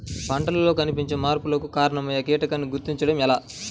పంటలలో కనిపించే మార్పులకు కారణమయ్యే కీటకాన్ని గుర్తుంచటం ఎలా?